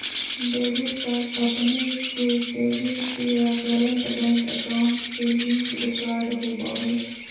debit card अपने के savings या करंट बैंक अकाउंट से लिंक्ड कार्ड होबा हइ